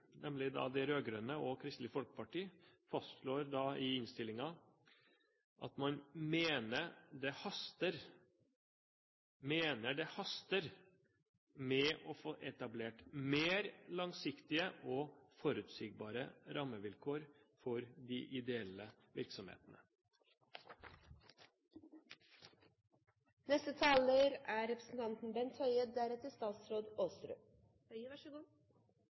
nemlig de rød-grønne og Kristelig Folkeparti, fastslår i innstillingen at man «mener det haster med å få etablert mer langsiktige og forutsigbare rammevilkår for de ideelle